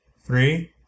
three